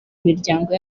miryango